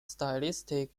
stylistic